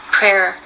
Prayer